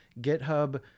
GitHub